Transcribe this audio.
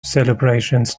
celebrations